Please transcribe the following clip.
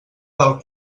del